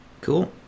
Cool